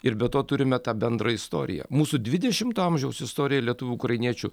ir be to turime tą bendrą istoriją mūsų dvidešimto amžiaus istorija lietuvių ukrainiečių